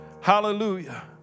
Hallelujah